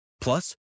plus